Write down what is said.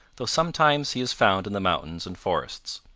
though sometimes he is found in the mountains and forests.